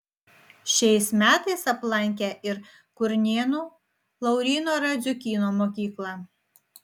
šiais metais aplankė ir kurnėnų lauryno radziukyno mokyklą